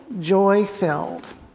Joy-Filled